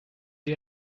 you